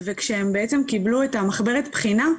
וכשהם קיבלו את מחברת הבחינה,